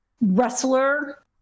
wrestler